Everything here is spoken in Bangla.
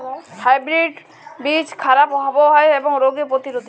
হাইব্রিড বীজ খারাপ আবহাওয়া এবং রোগে প্রতিরোধী